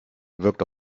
wirkt